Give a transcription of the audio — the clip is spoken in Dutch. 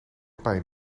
pijn